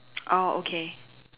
oh okay